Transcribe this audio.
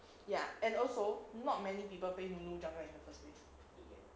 ya and also not many people playing nunu jungle at the first place